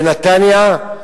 בנתניה,